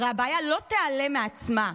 הרי הבעיה לא תיעלם מעצמה.